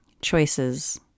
Choices